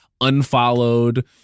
unfollowed